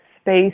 space